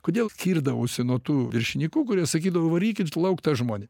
kodėl skirdavausi nuo tų viršinikų kurie sakydavo varykit lauk tą žmonį